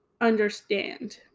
understand